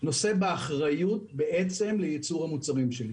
נושא באחריות לייצור המוצרים שלי.